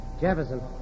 Jefferson